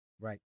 Right